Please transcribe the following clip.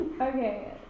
Okay